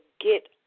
get